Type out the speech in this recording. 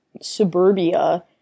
suburbia